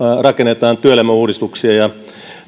rakennetaan työelämäuudistuksia ja